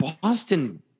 Boston